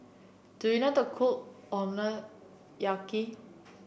do you not a cook